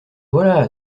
voilà